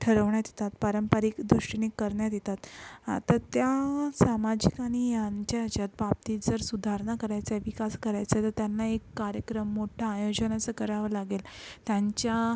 ठरवण्यात येतात पारंपरिक दृष्टीने करण्यात येतात आता त्या सामाजिक आणि आमच्या याच्यात बाबतीत जर सुधारणा करायचाय विकास करायचाय तर त्यांना एक कार्यक्रम मोठ्ठं आयोजन असं करावं लागेल त्यांच्या